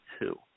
two